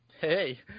hey